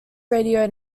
radio